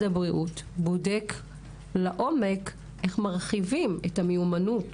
הבריאות בודק לעומק את הרחבת המיומנות